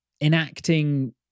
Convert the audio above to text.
enacting